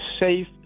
Safe